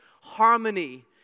harmony